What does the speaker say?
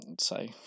say